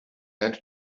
and